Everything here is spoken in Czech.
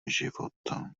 života